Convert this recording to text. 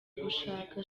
gushaka